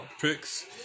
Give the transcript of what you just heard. Picks